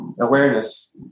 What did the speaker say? awareness